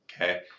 okay